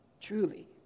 Truly